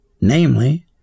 Namely